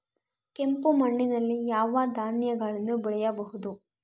ಕೆಂಪು ಮಣ್ಣಲ್ಲಿ ಯಾವ ಧಾನ್ಯಗಳನ್ನು ಬೆಳೆಯಬಹುದು?